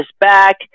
back